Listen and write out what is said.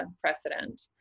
precedent